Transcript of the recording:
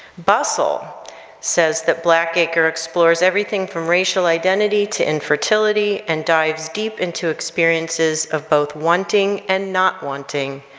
bustle says that blackacre explores everything from racial identity to infertility and dives deep into experiences of both wanting and not wanting.